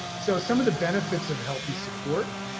so some of the benefits of healthy support.